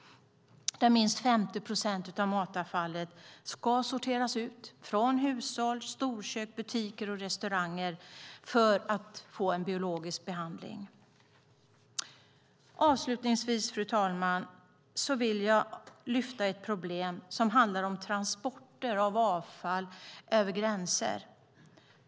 Minst 50 procent av matavfallet från hushåll, storkök, butiker och restauranger ska alltså sorteras för biologisk behandling. Avslutningsvis, fru talman, vill jag lyfta ett problem rörande transporter av avfall över gränser.